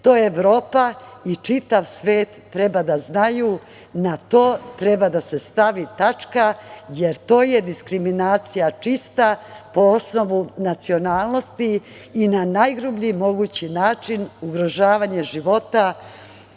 To Evropa i čitav svet treba da znaju. Na to to treba da se stavi tačka, jer to je diskriminacija čista po osnovu nacionalnosti i najgrublji mogući način ugrožavanje života